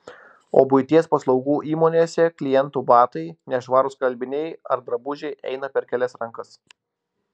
o buities paslaugų įmonėse klientų batai nešvarūs skalbiniai ar drabužiai eina per kelias rankas